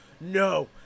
no